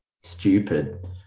Stupid